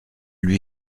lui